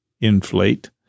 inflate